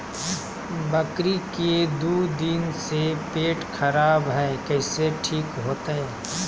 बकरी के दू दिन से पेट खराब है, कैसे ठीक होतैय?